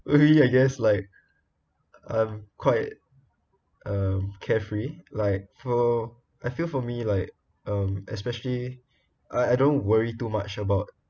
probably I guess like um quite uh carefree like for I feel for me like um especially I I don't worry too much about